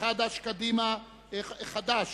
אבי דיכטר,